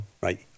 right